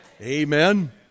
Amen